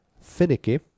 finicky